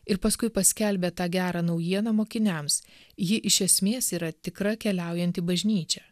ir paskui paskelbia tą gerą naujieną mokiniams ji iš esmės yra tikra keliaujanti bažnyčia